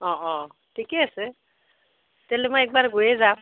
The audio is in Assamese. অঁ অঁ ঠিকে আছে তেনেহ'লে মই একবাৰ গৈয়ে যাম